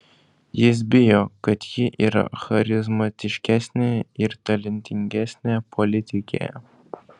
jis bijo kad ji yra charizmatiškesnė ir talentingesnė politikė